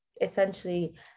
essentially